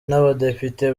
n’abadepite